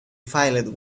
filled